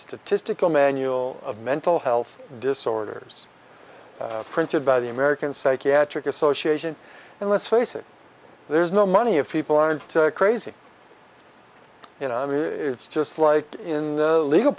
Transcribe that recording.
statistical manual of mental health disorders printed by the american psychiatric association and let's face it there's no money if people aren't crazy you know i mean it's just like in the legal